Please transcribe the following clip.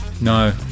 no